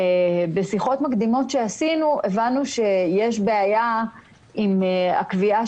בשיחות מקדימות שעשינו הבנו שיש בעיה עם הקביעה